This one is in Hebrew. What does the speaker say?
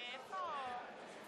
עליזה, הוא מדבר אלייך.